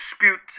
dispute